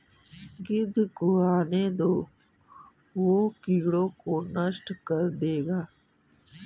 गिद्ध को आने दो, वो कीड़ों को नष्ट कर देगा